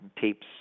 tapes